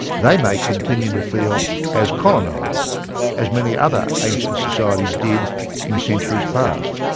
they may continue to feel as colonised as many other ancient societies did in centuries past.